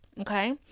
okay